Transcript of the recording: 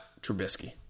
Trubisky